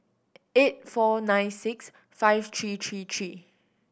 eight four nine six five three three three